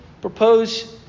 propose